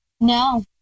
No